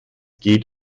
geht